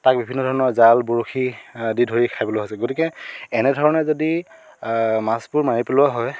তাক বিভিন্ন ধৰণৰ জাল বৰশী আদি ধৰি খাই পেলোৱা হৈছে গতিকে এনেধৰণে যদি মাছবোৰ মাৰি পেলোৱা হয়